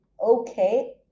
okay